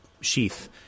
sheath